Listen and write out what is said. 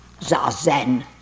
Zazen